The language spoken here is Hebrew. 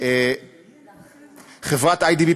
חברת איי.די.בי.